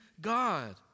God